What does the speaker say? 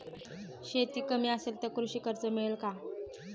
शेती कमी असेल तर कृषी कर्ज मिळेल का?